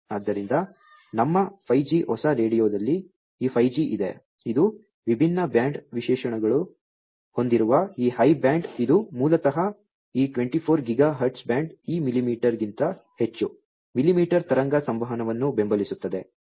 ಆದ್ದರಿಂದ ನಮ್ಮ 5G ಹೊಸ ರೇಡಿಯೊದಲ್ಲಿ ಈ 5G ಇದೆ ಇದು ವಿಭಿನ್ನ ಬ್ಯಾಂಡ್ ವಿಶೇಷಣಗಳನ್ನು ಹೊಂದಿರುವ ಈ ಹೈ ಬ್ಯಾಂಡ್ ಇದು ಮೂಲತಃ ಈ 24 ಗಿಗಾ ಹರ್ಟ್ಜ್ ಬ್ಯಾಂಡ್ ಈ ಮಿಲಿಮೀಟರ್ಗಿಂತ ಹೆಚ್ಚು ಮಿಲಿಮೀಟರ್ ತರಂಗ ಸಂವಹನವನ್ನು ಬೆಂಬಲಿಸುತ್ತದೆ